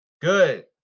Good